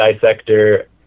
dissector